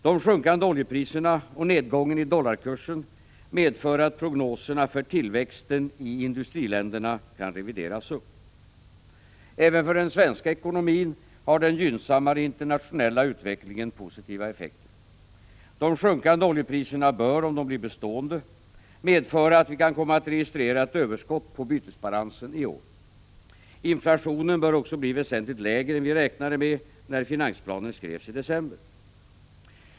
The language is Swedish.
De sjunkande oljepriserna och nedgången i dollarkursen medför att prognoserna för tillväxten i industriländerna kan revideras upp. Även för den svenska ekonomin har den gynnsammare internationella utvecklingen positiva effekter. De sjunkande oljepriserna bör, om de blir bestående, medföra att vi kan komma att registrera ett överskott på bytesbalansen i år. Inflationen bör också bli väsentligt lägre än vi räknade med när finansplanen skrevs i december.